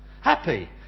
Happy